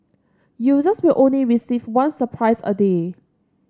users will only receive one surprise a day